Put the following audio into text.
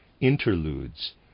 interludes